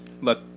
look